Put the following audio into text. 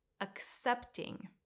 accepting